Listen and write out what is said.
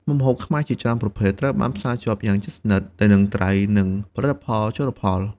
មុខម្ហូបខ្មែរជាច្រើនប្រភេទត្រូវបានផ្សារភ្ជាប់យ៉ាងជិតស្និទ្ធទៅនឹងត្រី និងផលិតផលជលផល។